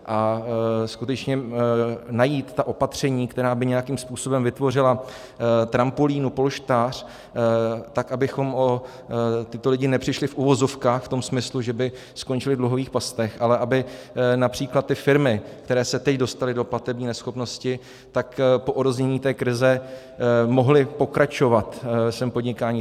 A skutečně najít ta opatření, která by nějakým způsobem vytvořila trampolínu, polštář, tak abychom o tyto lidi nepřišli, v uvozovkách, v tom smyslu, že by skončili v dluhových pastech, ale aby např. ty firmy, které se teď dostaly do platební neschopnosti, po odeznění té krize mohly pokračovat ve svém podnikání.